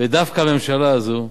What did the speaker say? ודווקא הממשלה הזו,